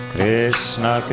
Krishna